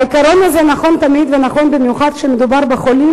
העיקרון הזה נכון תמיד ונכון במיוחד כשמדובר בחולים,